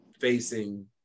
facing